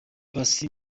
paccy